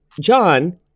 John